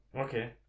Okay